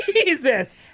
Jesus